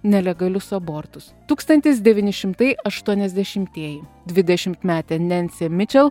nelegalius abortus tūkstantis devyni šimtai aštuoniasdešimtieji dvidešimtmetė nensė mičel